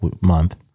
month